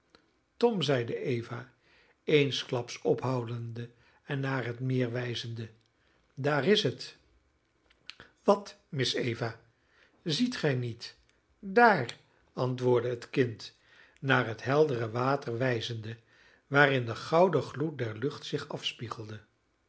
tom zeide eva eensklaps ophoudende en naar het meer wijzende daar is het wat miss eva ziet gij niet daar antwoordde het kind naar het heldere water wijzende waarin de gouden gloed der lucht zich